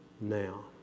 now